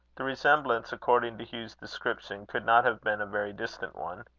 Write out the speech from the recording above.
the resemblance, according to hugh's description, could not have been a very distant one.